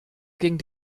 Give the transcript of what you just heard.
ging